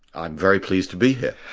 i'm very pleased to be here.